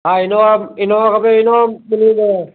हा Innova Innova खपे Innova मिली वेंदव